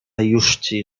jużci